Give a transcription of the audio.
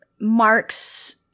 marks